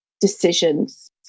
decisions